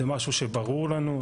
זה משהו שברור לנו.